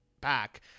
back